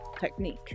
technique